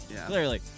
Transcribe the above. Clearly